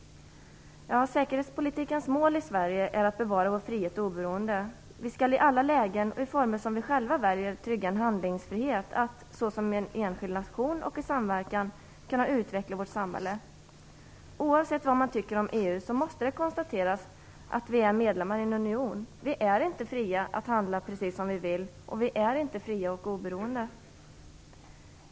Säkerhetspolitikens mål i Sverige är att bevara vår frihet och vårt oberoende. Vi skall i alla lägen och i former som vi själva väljer trygga en handlingsfrihet att - såsom en enskild nation och i samverkan - kunna utveckla vårt samhälle. Oavsett vad man tycker om EU måste det konstateras att Sverige är medlem i en union. Vi är därför inte fria att handla precis som vi vill, och vi är inte fria och oberoende.